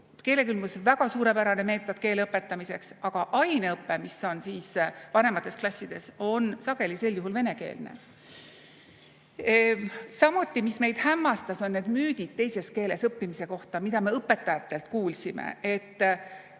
keelekümblus on suurepärane meetod keele õpetamiseks, aga aineõpe, mis on vanemates klassides, on sel juhul sageli venekeelne. Samuti, mis meid hämmastas, on müüdid teises keeles õppimise kohta, mida me õpetajatelt kuulsime.